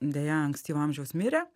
deja ankstyvo amžiaus mirė